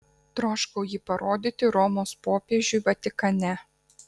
troškau jį parodyti romos popiežiui vatikane